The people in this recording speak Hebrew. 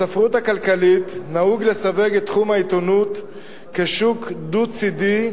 בספרות הכלכלית נהוג לסווג את תחום העיתונות כשוק דו-צדי,